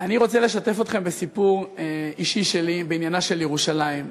אני רוצה לשתף אתכם בסיפור אישי שלי בעניינה של ירושלים.